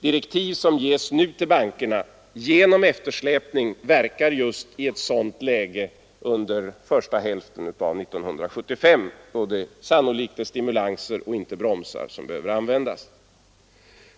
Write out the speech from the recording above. direktiv som nu ges till bankerna genom eftersläpning verkar just i ett sådant läge under första hälften av 1975, då det sannolikt är stimulanser och inte bromsar vi behöver använda.